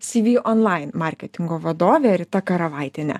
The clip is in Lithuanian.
cv online marketingo vadovė rita karavaitienė